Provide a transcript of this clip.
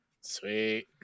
Sweet